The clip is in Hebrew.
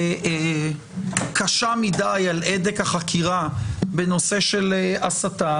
קשה מדי על הדק החקירה בנושא של הסתה,